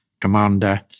commander